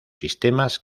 sistemas